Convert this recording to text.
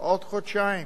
עוד חודשיים